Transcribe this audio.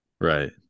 Right